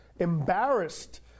embarrassed